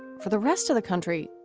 for the rest of the country,